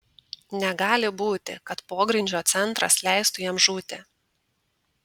negali būti kad pogrindžio centras leistų jam žūti